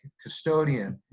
custodian,